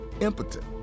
impotent